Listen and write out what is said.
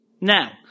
Now